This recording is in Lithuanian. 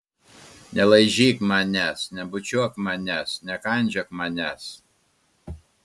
nelaižyk manęs nebučiuok manęs nekandžiok manęs